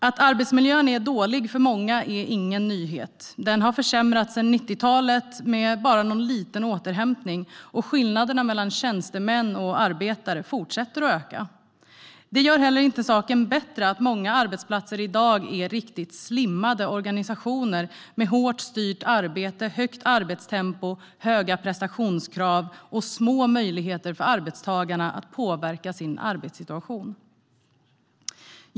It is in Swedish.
Att arbetsmiljön är dålig för många är ingen nyhet. Den har försämras sedan 90-talet med bara med någon liten återhämtning, och skillnaderna mellan tjänstemän och arbetare fortsätter att öka. Det gör heller inte saken bättre att många arbetsplatser i dag är riktigt slimmade organisationer med hårt styrt arbete, högt arbetstempo, höga prestationskrav och små möjligheter för arbetstagarna att påverka sin arbetssituation.